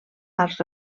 als